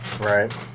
Right